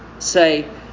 Say